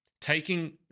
taking